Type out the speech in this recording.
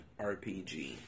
RPG